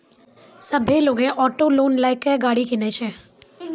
सभ्भे लोगै auto loan लेय के गाड़ी किनै छै